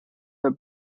for